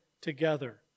together